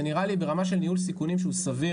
זה נראה לי ברמה של ניהול סיכונים שהוא סביר.